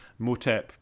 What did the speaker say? Motep